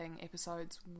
episodes